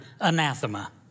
anathema